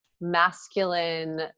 masculine